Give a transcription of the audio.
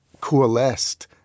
coalesced